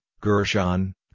Gershon